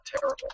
terrible